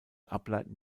ableiten